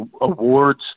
awards